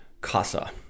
CASA